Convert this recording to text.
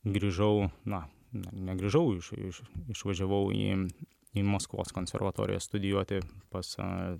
grįžau na negrįžau iš iš išvažiavau į į maskvos konservatoriją studijuoti pas